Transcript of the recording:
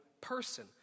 person